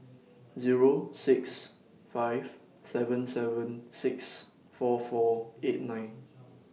Zero six five seven seven six four four eight nine